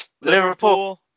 Liverpool